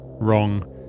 Wrong